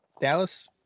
Dallas